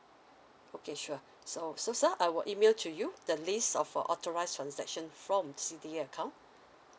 okay sure so so sir I will email to you the list of all authorise transaction from C_D_A account